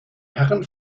herren